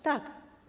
Tak.